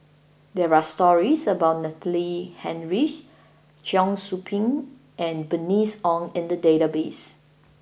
there are stories about Natalie Hennedige Cheong Soo Pieng and Bernice Ong in the database